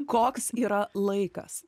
koks yra laikas